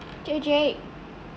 J_J